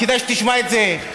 כדאי שתשמע את זה,